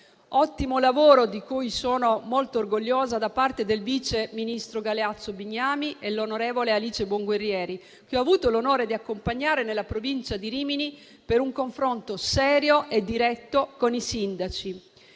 ottimo il lavoro, di cui sono molto orgogliosa, del vice ministro Galeazzo Bignami e dell'onorevole Alice Buonguerrieri, che ho avuto l'onore di accompagnare nella provincia di Rimini, per un confronto serio e diretto con i sindaci.